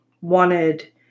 wanted